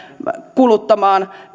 kuluttamaan